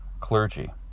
clergy